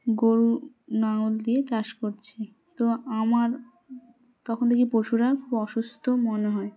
গরু নাঙল দিয়ে চাষ করছ তো আমার তখন দেখি পশুরা খুব অসুস্থ মনে হয়